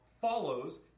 follows